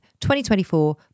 2024